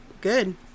Good